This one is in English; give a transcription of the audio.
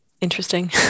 interesting